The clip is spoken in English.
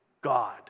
God